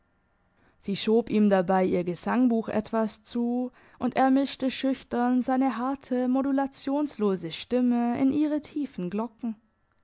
sie schob ihm dabei ihr gesangbuch etwas zu und er mischte schüchtern seine harte modulationslose stimme in ihre tiefen glocken